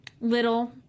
Little